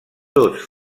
tots